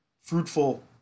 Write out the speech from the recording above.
fruitful